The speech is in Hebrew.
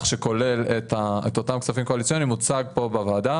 שכולל את אותם כספים קואליציוניים הוצג כאן בוועדה.